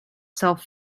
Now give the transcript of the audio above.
self